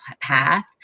path